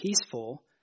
peaceful